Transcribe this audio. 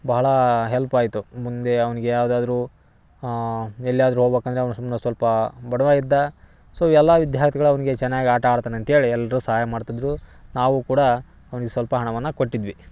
ಬಹಳ ಹೆಲ್ಪ್ ಆಯಿತು ಮುಂದೆ ಅವ್ನ್ಗ ಯಾವ್ದಾದರು ಎಲ್ಲಿಯಾದರು ಹೋಗ್ಬೇಕಂದರೆ ಅವ್ನ ಸುಮ್ಮನೆ ಸ್ವಲ್ಪ ಬಡವ ಇದ್ದ ಸೊ ಎಲ್ಲ ವಿದ್ಯಾರ್ಥಿಗಳು ಅವ್ನ್ಗೆ ಚೆನ್ನಾಗಿ ಆಟ ಆಡ್ತಾನೆ ಅಂತೇಳಿ ಎಲ್ಲರೂ ಸಹಾಯ ಮಾಡ್ತಿದ್ದರು ನಾವು ಕೂಡ ಅವ್ನಿಗೆ ಸ್ವಲ್ಪ ಹಣವನ್ನ ಕೊಟ್ಟಿದ್ವಿ